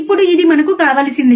ఇప్పుడు ఇది మనకు కావలసింది